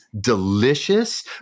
delicious